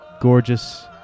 gorgeous